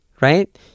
right